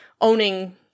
owning